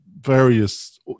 various